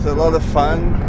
lot of fun.